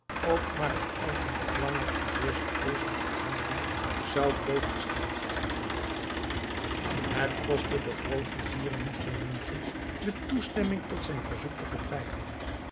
ook maar een oogenblik langer aan deze vreeselijke behandeling zou blootgesteld blijven het kostte den grootvizier niet veel moeite de toestemming tot zijn verzoek te verkrijgen